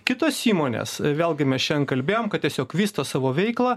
kitos įmonės vėlgi mes šian kalbėjom kad tiesiog vysto savo veiklą